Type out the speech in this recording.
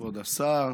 כבוד השר,